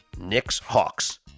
Knicks-Hawks